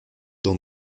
dans